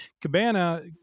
cabana